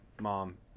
Mom